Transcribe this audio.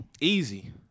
Easy